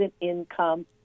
income